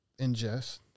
ingest